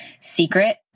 secret